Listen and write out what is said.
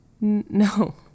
No